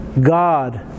God